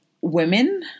women